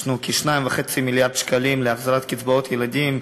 יש כ-2.5 מיליארד שקלים להחזרת קצבאות ילדים,